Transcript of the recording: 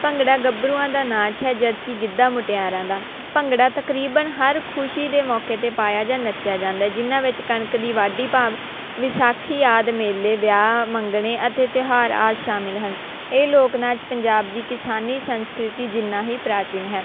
ਭੰਗੜਾ ਗੱਭਰੂਆਂ ਦਾ ਨਾਚ ਹੈ ਜਦਕਿ ਗਿੱਧਾ ਮੁਟਿਆਰਾਂ ਦਾ ਭੰਗੜਾ ਤਕਰੀਬਨ ਹਰ ਖੁਸ਼ੀ ਦੇ ਮੌਕੇ 'ਤੇ ਪਾਇਆ ਜਾਂ ਨੱਚਿਆ ਜਾਂਦਾ ਹੈ ਜਿਹਨਾਂ ਵਿੱਚ ਕਣਕ ਦੀ ਵਾਢੀ ਭਾਵ ਵਿਸਾਖੀ ਆਦਿ ਮੇਲੇ ਵਿਆਹ ਮੰਗਣੇ ਅਤੇ ਤਿਹਾਰ ਆਦਿ ਸ਼ਾਮਿਲ ਹਨ ਇਹ ਲੋਕ ਨਾਚ ਪੰਜਾਬ ਦੀ ਕਿਸਾਨੀ ਸੰਸਕ੍ਰਿਤੀ ਜਿੰਨਾਂ ਹੀ ਪ੍ਰਾਚੀਨ ਹੈ